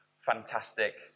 fantastic